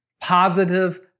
positive